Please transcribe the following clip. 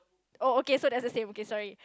oh okay so that's the same okay sorry